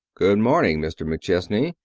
good morning, mr. mcchesney,